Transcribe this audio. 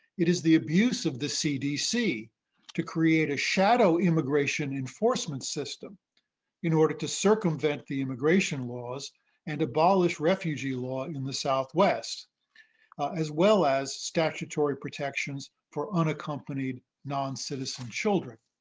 it is the abuse of the cdc to create a shadow immigration enforcement system in order to circumvent the immigration laws and abolish refugee law in the southwest as well as statutory protections for unaccompanied non-citizen children.